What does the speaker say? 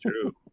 True